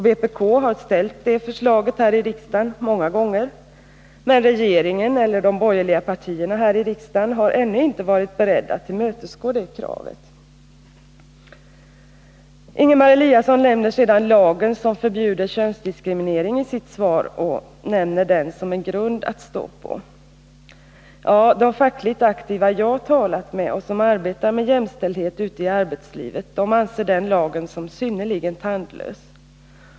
Vpk har ställt det förslaget här i riksdagen många gånger, men regeringen eller de borgerliga partierna har ännu inte varit beredda att tillmötesgå kravet. Ingemar Eliasson nämner i sitt svar lagen som förbjuder könsdiskriminering och anger den som en grund att stå på. Ja, de fackligt aktiva jag har talat med och som arbetar med jämställdhet ute i arbetslivet anser den lagen vara synnerligen tandlös.